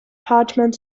parchment